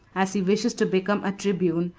as he wishes to become a tribune,